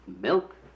milk